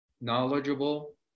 knowledgeable